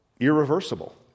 irreversible